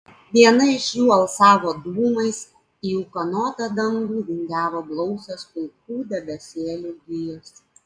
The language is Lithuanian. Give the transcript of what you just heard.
viena iš jų alsavo dūmais į ūkanotą dangų vingiavo blausios pilkų debesėlių gijos